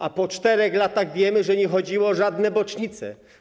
A po 4 latach wiemy, że nie chodziło o żadne bocznice.